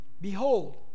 Behold